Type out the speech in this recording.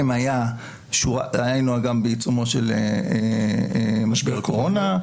היינו גם בעיצומו של משבר קורונה,